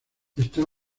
está